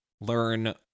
learn